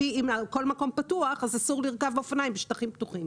אם כל מקום פתוח אסור לרכב על אופניים בשטחים פתוחים.